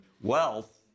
wealth